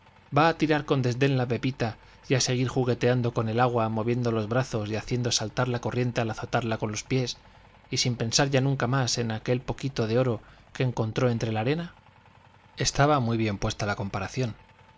va a tirar con desdén la pepita y a seguir jugueteando con el agua moviendo los brazos y haciendo saltar la corriente al azotarla con los pies y sin pensar ya nunca más en aquel poquito de oro que encontró entre la arena estaba muy bien puesta la comparación